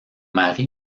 mari